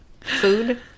food